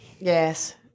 Yes